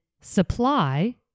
supply